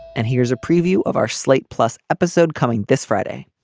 and here's a preview of our slate plus episode coming this friday.